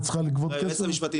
היועצת המשפטית